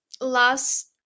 last